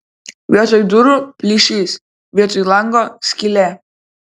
vietoj durų plyšys vietoj lango skylė